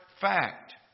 fact